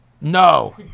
No